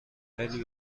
خیلی